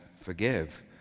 forgive